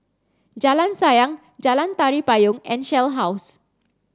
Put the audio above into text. Jalan Sayang Jalan Tari Payong and Shell House